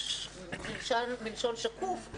מלשון שקוף,